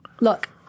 Look